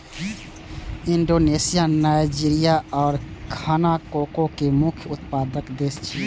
Indonesia, Nigeria आ Ghana cocoa के मुख्य उत्पादक देश छियै